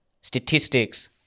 statistics